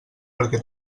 perquè